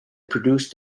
produced